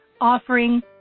offering